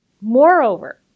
Moreover